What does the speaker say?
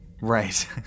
right